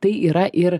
tai yra ir